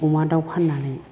अमा दाव फान्नानै